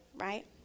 right